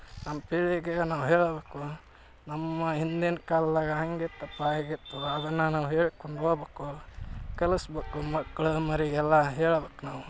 ನಮ್ಮ ಪೀಳಿಗೆಗೆ ನಾವು ಹೇಳಬೇಕು ನಮ್ಮ ಹಿಂದಿನ ಕಾಲದಾಗ ಹಾಗಿತ್ತಪ್ಪ ಹೀಗಿತ್ತು ಅದನ್ನು ನಾವು ಹೇಳಿಕೊಂಡು ಹೋಗ್ಬೇಕು ಕಲಿಸಬೇಕು ಮಕ್ಕಳು ಮರಿಗೆಲ್ಲ ಹೇಳ್ಬೇಕು ನಾವು